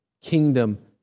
kingdom